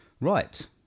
right